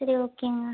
சரி ஓகேங்க